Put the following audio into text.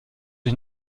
ich